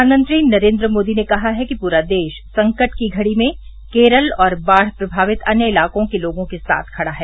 प्रधानमंत्री नरेंद्र मोदी ने कहा है कि पूरा देश संकट की घड़ी में केरल और बाढ़ प्रमावित अन्य इलाकों के लोगों के साथ खड़ा है